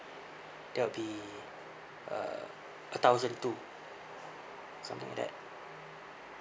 that would be uh a thousand two something like that